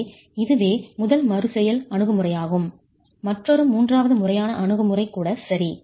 எனவே இதுவே முதல் மறுசெயல் அணுகுமுறையாகும் மற்றொரு மூன்றாவது முறையான அணுகுமுறை கூட சரி